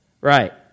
Right